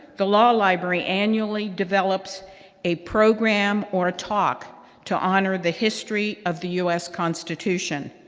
the law library annually develops a program or talk to honor the history of the u s. constitution,